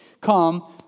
come